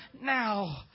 now